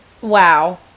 Wow